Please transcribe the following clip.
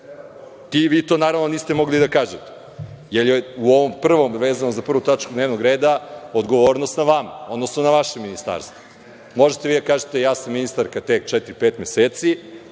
Vi to, naravno, niste mogli da kažete, jer je vezano za 1. tačku dnevnog reda odgovornost na vama, odnosno na vašem Ministarstvu. Možete vi da kažete – ja sam ministarka tek četiri, pet meseci,